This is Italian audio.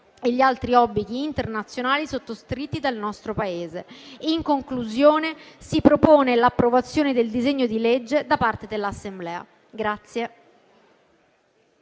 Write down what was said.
e gli altri obblighi internazionali sottoscritti dal nostro Paese. In conclusione, si propone l'approvazione del disegno di legge da parte dell'Assemblea.